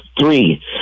Three